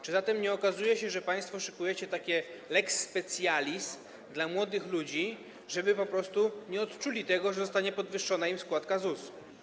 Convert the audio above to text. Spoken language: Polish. Czy zatem nie okazuje się, że państwo szykujecie lex specialis dla młodych ludzi, żeby po prostu nie odczuli tego, że zostanie im podwyższona składka ZUS?